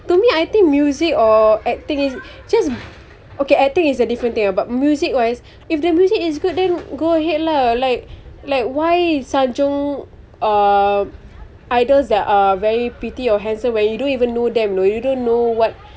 to me I think music or acting is just okay acting is a different thing but music wise if the music is good then go ahead lah like like why sanjung uh idols that are very pretty or handsome when you don't even know them no you don't know what